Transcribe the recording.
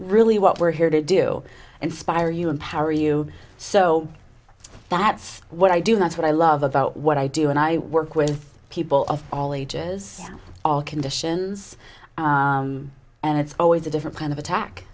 really what we're here to do inspire you empower you so that's what i do not what i love about what i do and i work with people of all ages all conditions and it's always a different kind of attack